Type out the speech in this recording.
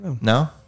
no